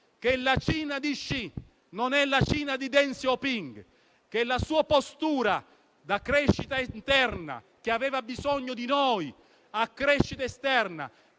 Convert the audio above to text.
che la Cina di Xi non è la Cina di Deng Xiaoping e che il cambiamento di postura - da crescita interna che aveva bisogno di noi a crescita esterna